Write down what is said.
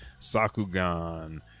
Sakugan